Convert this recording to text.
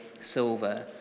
silver